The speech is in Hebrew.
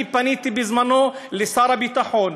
אני פניתי בזמנו לשר הביטחון.